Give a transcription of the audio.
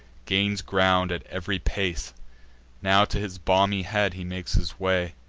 gains ground at ev'ry pace now to his beamy head he makes his way,